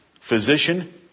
physician